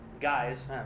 guys